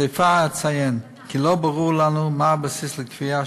בסיפה אציין כי לא ברור לנו מה הבסיס לקביעה